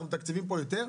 אנחנו מתקצבים פה יותר?